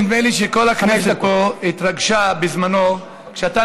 נדמה לי שכל הכנסת פה התרגשה בזמנו כשאתה